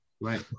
Right